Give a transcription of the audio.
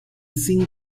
sin